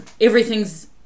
everything's